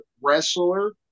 wrestler